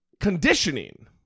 conditioning